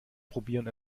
probieren